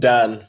Dan